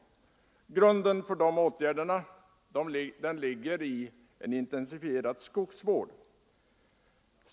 Grunden för dessa åtgärder ligger i intensifierad skogsvård.